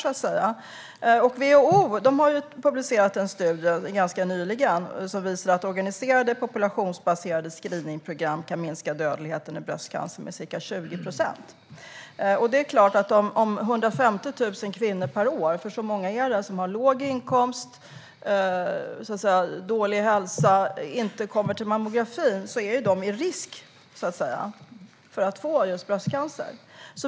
WHO har ganska nyligen publicerat en studie som visar att organiserade populationsbaserade screeningprogram kan minska dödligheten i bröstcancer med ca 20 procent. Det är 150 000 kvinnor per år som inte kommer till mammografin - så många är det som har låg inkomst och dålig hälsa. De riskerar att få just bröstcancer.